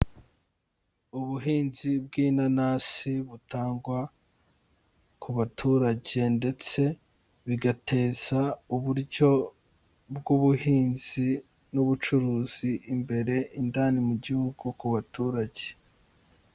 Ubuhinzi bw'inanasi butangwa ku baturage ndetse bigateza uburyo bw'ubuhinzi n'ubucuruzi imbere indani mu gihugu ku baturage.